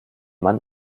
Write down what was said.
mann